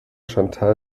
chantal